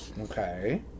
Okay